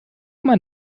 man